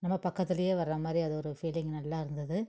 நம்ம பக்கத்துலேயே வர மாதிரி அது ஒரு ஃபீலிங் நல்லா இருந்தது